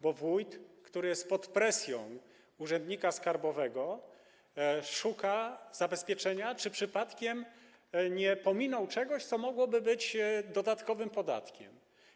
Bo wójt, który jest pod presją urzędnika skarbowego, szuka zabezpieczenia, czy przypadkiem nie pominął czegoś, co mogłoby być dodatkowym podatkiem.